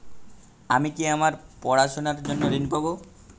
আমি কি আমার পড়াশোনার জন্য ঋণ পাব?